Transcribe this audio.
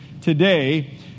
today